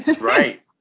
right